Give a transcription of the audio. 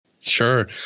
Sure